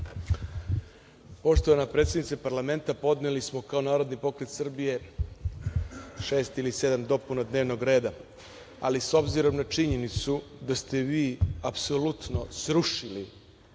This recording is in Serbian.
Poštovana predsednice parlamenta, podneli smo kao Narodni pokret Srbije, šest ili sedam dopuna dnevnog reda, ali s obzirom na činjenicu da ste vi apsolutno srušili